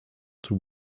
too